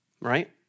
right